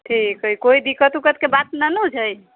ठीक हइ कोइ दिक्कत उक्कतके बात नहि ने छै